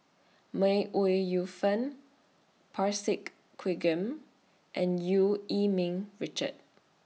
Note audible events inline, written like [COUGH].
May Ooi Yu Fen Parsick [UNINTELLIGIBLE] and EU Yee Ming Richard